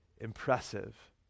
impressive